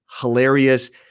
hilarious